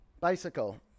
Bicycle